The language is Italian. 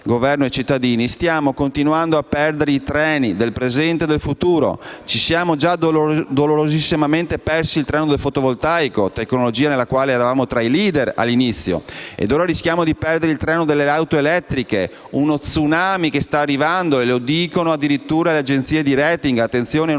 Governo e cittadini, stiamo continuando a perdere i treni del presente e del futuro. Ci siamo già dolorosissimamente persi il treno del fotovoltaico, tecnologia nella quale eravamo tra i *leader* all'inizio, e ora rischiamo di perdere il treno delle auto elettriche: uno *tsunami* in arrivo, come lo definiscono addirittura le agenzie di *rating*, e noi non